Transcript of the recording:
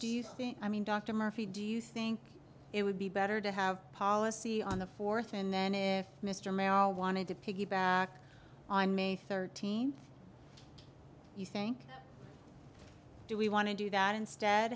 think i mean dr murphy do you think it would be better to have a policy on the fourth and then if mr mero wanted to piggyback on may thirteenth you think do we want to do that instead